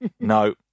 No